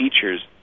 features